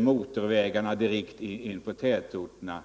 motorvägarna i tätorterna.